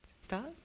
Start